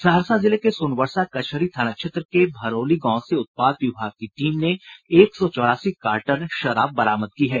सहरसा जिले के सोनवर्षा कचहरी थाना क्षेत्र के भरौली गांव से उत्पाद विभाग की टीम ने एक सौ चौरासी कार्टन शराब बरामद की है